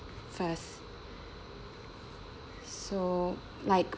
first so like